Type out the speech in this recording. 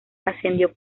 ascendió